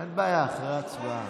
אין בעיה, אחרי ההצבעה.